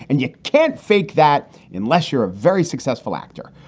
and you can't fake that unless you're a very successful actor.